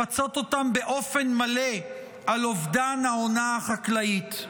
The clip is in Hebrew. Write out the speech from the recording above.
לפצות אותם באופן מלא על אובדן העונה החקלאית.